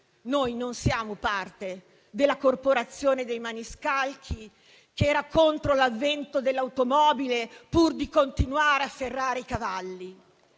noi non siamo parte della corporazione dei maniscalchi che era contro l'avvento dell'automobile pur di continuare a ferrare i cavalli.